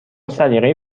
سلیقه